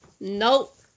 Nope